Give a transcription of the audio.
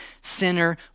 sinner